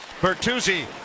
Bertuzzi